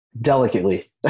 Delicately